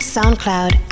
SoundCloud